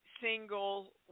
single